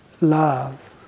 love